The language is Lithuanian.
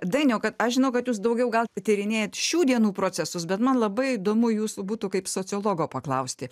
dainiau kad aš žinau kad jūs daugiau gal tyrinėjant šių dienų procesus bet man labai įdomu jūsų būtų kaip sociologo paklausti